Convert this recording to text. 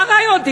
מה רעיון?